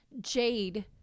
Jade